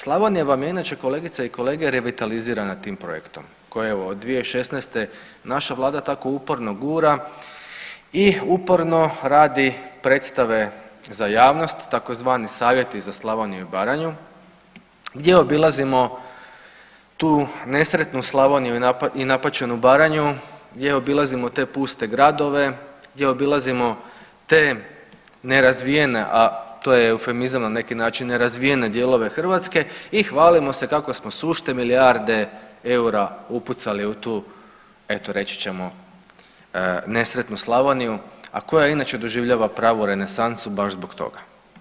Slavonija vam je inače kolegice i kolege revitalizirana tim projektom koji evo od 2016. naša vlada tako uporno gura i uporno radi predstave za javnost tzv. savjeti za Slavoniju i Baranju gdje obilazimo tu nesretnu Slavoniju i napaćenu Baranju, gdje obilazimo te puste gradove, gdje obilazimo te nerazvijene, a to je eufemizam na neki način, neke nerazvijene dijelove Hrvatske i hvalimo se kako smo sušte milijarde eura pucali u tu eto reći ćemo nesretnu Slavoniju, a koja inače doživljava pravu renesansu baš zbog toga.